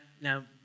Now